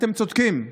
אתם צודקים.